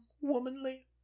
womanly